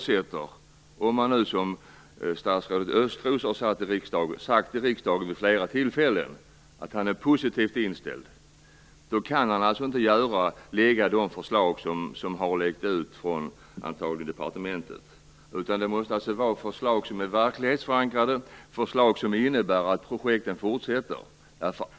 Statsrådet Östros har vid flera tillfällen sagt till riksdagen att han är positivt inställd. Då kan han inte lägga fram de förslag som har läckt ut, antagligen från departementet. Det måste vara förslag som är verklighetsförankrade, förslag som innebär att projekten fortsätter.